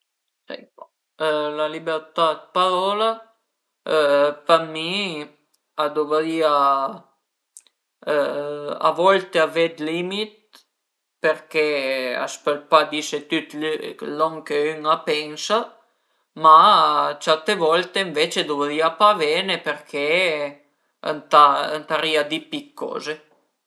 La libertà d'parola për mi a dövrìa a volte avé d'limit perché a s'pöl pa dise tüt lon che ün a pensa, ma certe volte ënvece dövrìa pa avene perché ëntà ëntarìa di pi d'coze